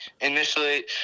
initially